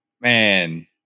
Man